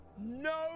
no